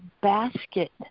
basket